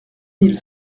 mille